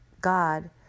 God